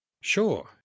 Sure